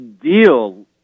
deal